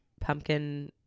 pumpkin